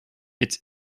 its